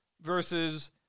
versus